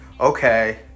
okay